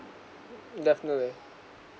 definitely